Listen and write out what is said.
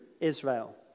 Israel